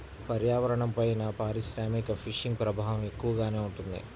పర్యావరణంపైన పారిశ్రామిక ఫిషింగ్ ప్రభావం ఎక్కువగానే ఉంటుంది